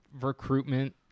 recruitment